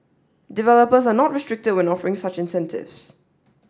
developers are not restricted when offering such incentives